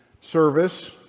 service